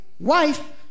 Wife